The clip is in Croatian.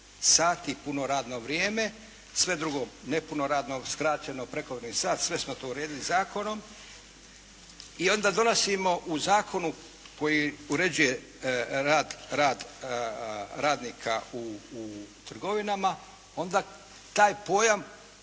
sati puno radno vrijeme. Sve drugo nepuno radno, skraćeno, prekovremeni sat, sve smo to uredili zakonom. I onda donosimo u zakonu koji uređuje rad, radnika u trgovinama, onda taj pojam